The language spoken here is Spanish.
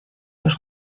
los